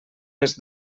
les